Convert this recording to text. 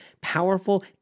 powerful